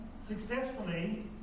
successfully